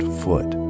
foot